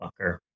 Fucker